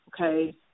okay